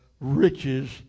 riches